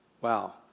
wow